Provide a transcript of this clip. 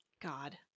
God